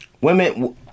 Women